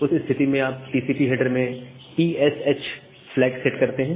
उस स्थिति में आप टीसीपी हेडर में PSH फ्लैग सेट कर सकते हैं